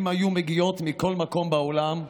אם היו מגיעות מכל מקום בעולם,